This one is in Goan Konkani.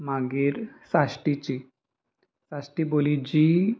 मागीर साश्टीची साश्टी बोली जी